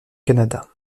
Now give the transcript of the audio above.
canada